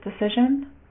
decision